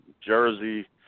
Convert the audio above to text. jersey